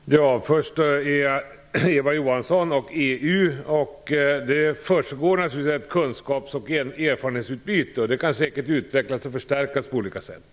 Herr talman! Först några ord till Eva Johansson om EU. Det försiggår naturligtvis ett kunskaps och erfarenhetsutbyte, och detta kan säkert utvecklas och förstärkas på olika sätt.